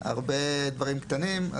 הרבה דברים קטנים.